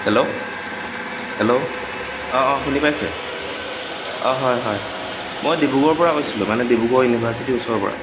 hello hello অঁ অঁ শুনি পাইছে অঁ হয় মই ডিব্ৰুগড়ৰ পৰা কৈছিলোঁ মানে ডিব্ৰুগড় ইউনিভাৰ্চিটি ওচৰৰ পৰা